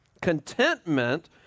Contentment